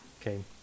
okay